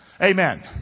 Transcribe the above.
Amen